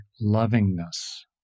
lovingness